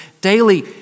daily